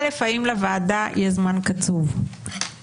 א' האם לוועדה יש זמן קצוב לישיבות